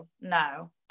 no